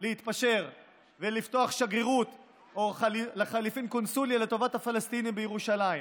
להתפשר ולפתוח שגרירות או לחלופין קונסוליה לטובת הפלסטינים בירושלים.